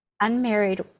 unmarried